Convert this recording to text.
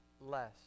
less